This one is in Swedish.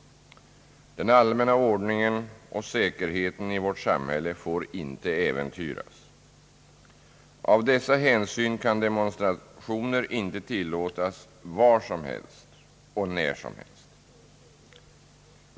Den allmänna ordningen och säkerheten i vårt samhälle får inte äventyras. Av dessa hänsyn kan demonstrationer inte tillåtas var som helst och när som helst.